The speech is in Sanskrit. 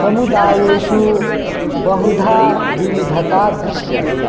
समुदायेषु बहुधा विविधता दृश्यते